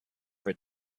for